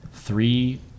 Three